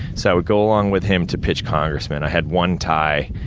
so, i would go along with him, to pitch congressmen. i had one tie,